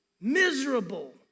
Miserable